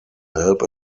help